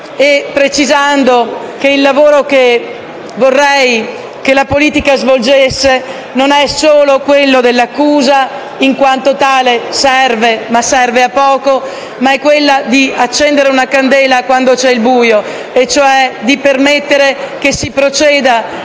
e precisando che il lavoro che vorrei che la politica svolgesse non è solo quello dell'accusa in quanto tale, che serve sì, ma serve a poco, ma anche quello di accendere una candela quando c'è il buio e cioè di permettere che si proceda